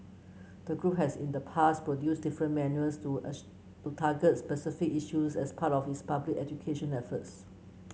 the group has in the past produced different manuals to to target specific issues as part of its public education efforts